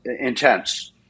intense